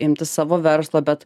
imtis savo verslo bet